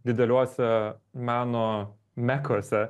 dideliuose meno mekose